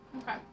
Okay